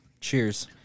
Cheers